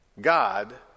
God